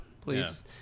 please